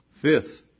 Fifth